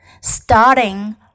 starting